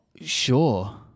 Sure